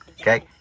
okay